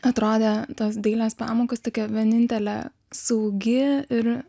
atrodė tos dailės pamokos tokia vienintelė saugi ir